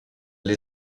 elle